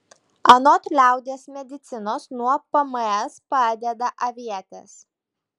anot liaudies medicinos nuo pms padeda avietės